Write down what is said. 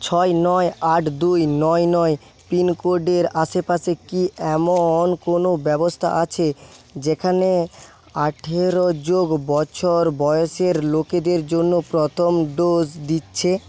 ছয় নয় আট দুই নয় নয় পিনকোডের আশেপাশে কি এমন কোনও ব্যবস্থা আছে যেখানে আঠেরো যোগ বছর বয়সের লোকেদের জন্য প্রথম ডোজ দিচ্ছে